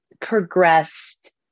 progressed